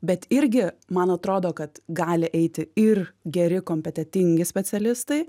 bet irgi man atrodo kad gali eiti ir geri kompetentingi specialistai